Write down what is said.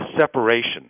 separation